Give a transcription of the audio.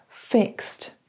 fixed